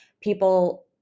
People